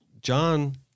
John